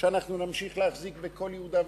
שנמשיך להחזיק בכל יהודה ושומרון,